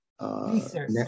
research